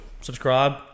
subscribe